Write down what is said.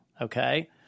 okay